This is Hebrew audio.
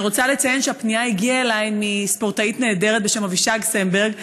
אני רוצה לציין שהפנייה הגיעה אליי מספורטאית נהדרת בשם אבישג סמברג,